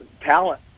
talent